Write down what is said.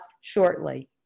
shortly